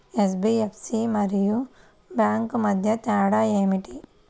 NBFC మరియు bank మధ్య తేడా ఏమిటీ?